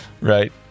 right